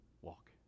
walk